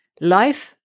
life